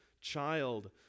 child